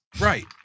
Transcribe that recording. Right